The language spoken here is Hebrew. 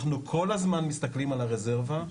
אנחנו כל הזמן מסתכלים על הרזרבה,